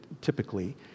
typically